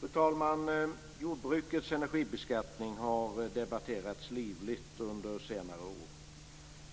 Fru talman! Jordbrukets energibeskattning har debatterats livligt under senare år.